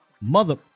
mother